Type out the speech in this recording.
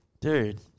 Dude